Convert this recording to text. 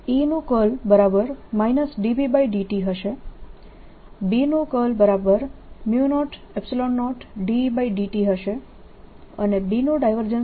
E નું curl E Bt હશે B નું કર્લ B00Et હશે અને B નું ડાયવર્જન્સ